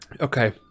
Okay